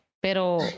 pero